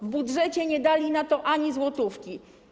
W budżecie nie dali na to ani złotówki.